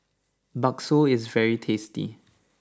Bakso is very tasty